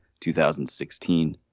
2016